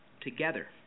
together